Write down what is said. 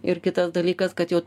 ir kitas dalykas kad jau